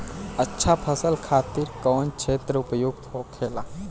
अच्छा फसल खातिर कौन क्षेत्र उपयुक्त होखेला?